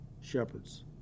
shepherds